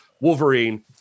Wolverine